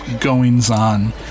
goings-on